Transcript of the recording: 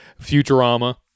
Futurama